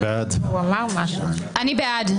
מי נגד?